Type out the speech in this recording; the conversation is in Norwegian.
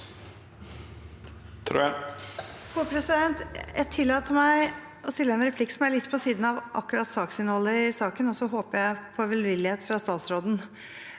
Jeg tillater meg å stille en replikk som er litt på siden av innholdet i saken, og så håper jeg på velvillighet fra statsråden.